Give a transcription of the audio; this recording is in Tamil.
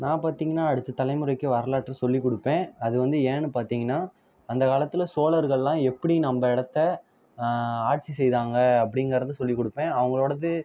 நான் பார்த்திங்கனா அடுத்த தலைமுறைக்கு வரலாற்றை சொல்லிக் கொடுப்பேன் அது வந்து ஏன்னு பார்த்திங்கனா அந்தக் காலத்தில் சோழர்கள்லாம் எப்படி நம்ம இடத்த ஆட்சி செய்தாங்க அப்படிங்கறத சொல்லிக் கொடுப்பேன் அவங்களோடயது